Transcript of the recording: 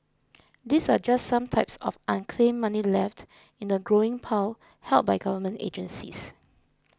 these are just some types of unclaimed money left in a growing pile held by government agencies